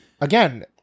again